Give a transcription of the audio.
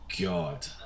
God